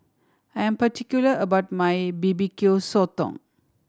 I am particular about my B B Q Sotong